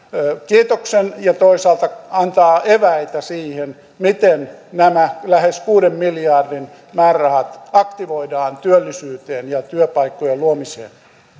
kiitoksen ja toisaalta antaa eväitä siihen miten nämä lähes kuuden miljardin määrärahat aktivoidaan työllisyyteen ja työpaikkojen luomiseen